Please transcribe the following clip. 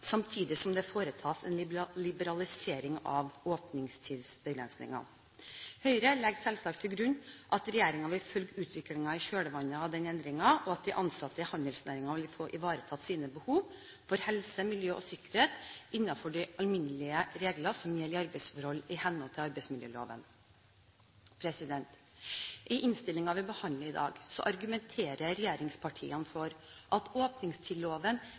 samtidig som det foretas en liberalisering av åpningstidsbestemmelsene. Høyre legger selvsagt til grunn at regjeringen vil følge utviklingen i kjølvannet av denne endringen, og at de ansatte i handelsnæringen vil få ivaretatt sine behov for helse, miljø og sikkerhet innenfor de alminnelige regler som gjelder i arbeidsforhold i henhold til arbeidsmiljøloven. I innstillingen som vi behandler i dag, argumenter regjeringspartiene for at